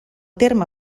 terme